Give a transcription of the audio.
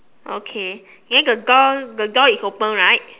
okay then the door the door is open right